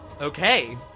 Okay